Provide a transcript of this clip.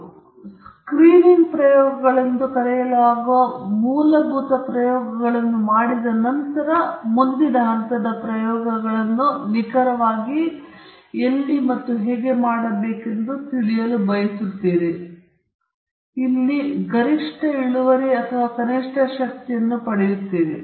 ಆದ್ದರಿಂದ ಒಮ್ಮೆ ನೀವು ಸ್ಕ್ರೀನಿಂಗ್ ಪ್ರಯೋಗಗಳೆಂದು ಕರೆಯಲಾಗುವ ಮೂಲಭೂತ ಪ್ರಯೋಗಗಳನ್ನು ಮಾಡಿದ ನಂತರ ನೀವು ಮುಂದಿನ ಹಂತದ ಪ್ರಯೋಗಗಳನ್ನು ನಿಖರವಾಗಿ ಎಲ್ಲಿ ಮಾಡಬೇಕೆಂಬುದನ್ನು ನೀವು ತಿಳಿದುಕೊಳ್ಳಲು ಬಯಸುತ್ತೀರಿ ಇದರಿಂದ ನೀವು ಗರಿಷ್ಠ ಇಳುವರಿ ಅಥವಾ ಕನಿಷ್ಠ ಶಕ್ತಿಯನ್ನು ಪಡೆಯುತ್ತೀರಿ